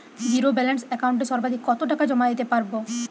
Zero balance একাউন্টে সর্বাধিক কত টাকা জমা দিতে পারব?